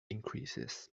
increases